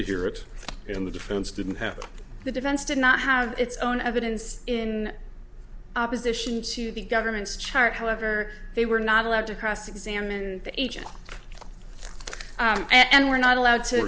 to hear it and the defense didn't have the defense did not have its own evidence in opposition to the government's charge however they were not allowed to cross examine the agent and we're not allowed to